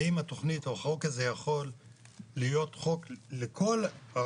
האם התכנית או החוק הזה יכול להיות חוק לכל הרשויות?